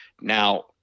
Now